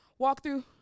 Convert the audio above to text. walkthrough